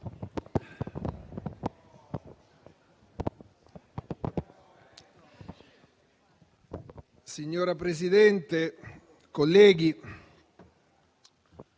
Signora Presidente, colleghi,